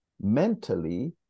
mentally